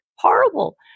horrible